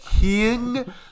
king